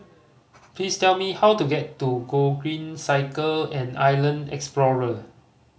please tell me how to get to Gogreen Cycle and Island Explorer